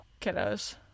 Kiddos